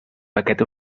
paquet